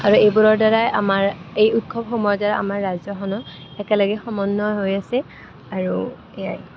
আৰু এইবোৰৰ দ্বাৰাই আমাৰ এই উৎসৱহমূহতে আমাৰ ৰাজ্যখনৰ একেলগে সমন্বয়ক হৈ আছে আৰু এয়াই